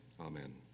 amen